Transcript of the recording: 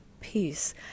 peace